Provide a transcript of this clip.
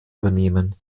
übernehmen